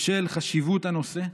בשל חשיבות הנושא.